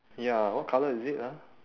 ya what colour is it ah